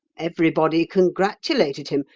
everybody congratulated him,